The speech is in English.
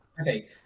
okay